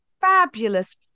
fabulous